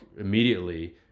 immediately